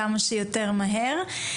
כמה שיותר מהר.